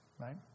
Right